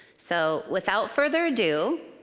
so without further ado,